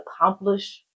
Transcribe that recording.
accomplish